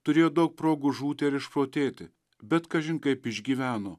turėjo daug progų žūti ar išprotėti bet kažin kaip išgyveno